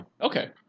Okay